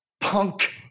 Punk